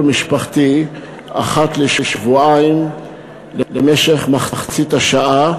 משפחתי אחת לשבועיים למשך מחצית השעה.